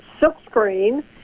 silkscreen